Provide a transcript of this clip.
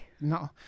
No